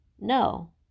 No